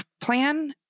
plan